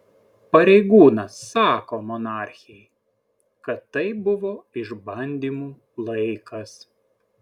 pareigūnas sako monarchei kad tai buvo išbandymų laikas